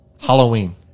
Halloween